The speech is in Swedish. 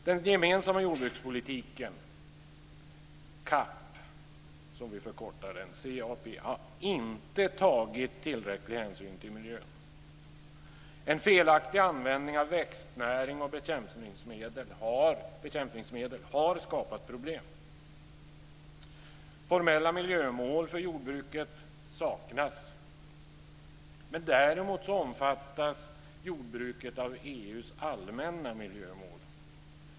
Den gemensamma jordbrukspolitiken - CAP, som vi förkortar den - har inte tagit tillräcklig hänsyn till miljön. En felaktig användning av växtnäring och bekämpningsmedel har skapat problem. Formella miljömål för jordbruket saknas. Men däremot omfattas jordbruket av EU:s allmänna miljömål.